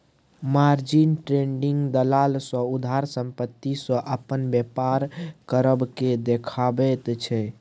margin trading दलाल सँ उधार संपत्ति सँ अपन बेपार करब केँ देखाबैत छै